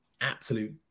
absolute